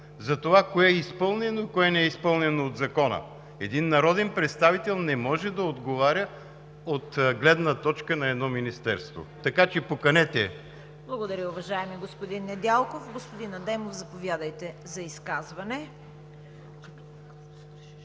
за това кое е изпълнено и кое не е изпълнено от Закона. Един народен представител не може да отговаря от гледна точка на едно министерство. Така че поканете ги! ПРЕДСЕДАТЕЛ ЦВЕТА КАРАЯНЧЕВА: Благодаря, уважаеми господин Недялков. Господин Адемов, заповядайте, за изказване.